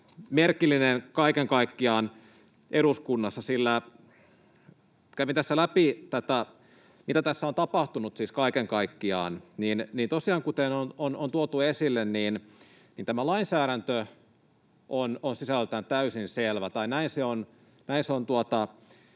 merkillinen kaiken kaikkiaan eduskunnassa. Kävin tässä läpi tätä, mitä tässä on tapahtunut siis kaiken kaikkiaan. Tosiaan, kuten on tuotu esille, tämä lainsäädäntö on sisällöltään täysin selvä, tai näin se on